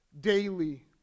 daily